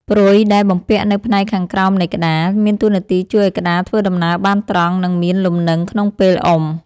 ព្រុយ ដែលបំពាក់នៅផ្នែកខាងក្រោមនៃក្តារ មានតួនាទីជួយឱ្យក្តារធ្វើដំណើរបានត្រង់ និងមានលំនឹងក្នុងពេលអុំ។